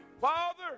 Father